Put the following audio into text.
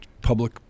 public